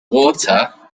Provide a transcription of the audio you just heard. water